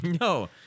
No